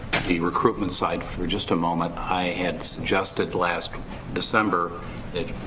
epi recruitment side for just a moment. i had suggested last december that,